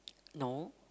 no